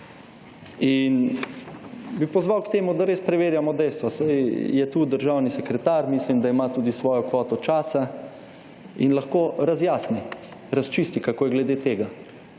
In bi pozval k temu, da res preverjamo dejstva. Saj je tukaj državni sekretar, mislim da ima tudi svojo kvoto časa in lahko razjasni, razčisti kako je glede tega.